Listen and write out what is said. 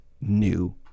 new